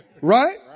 Right